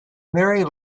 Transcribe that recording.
merry